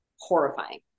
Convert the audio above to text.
horrifying